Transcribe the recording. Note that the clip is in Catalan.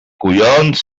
collons